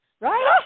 right